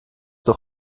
doch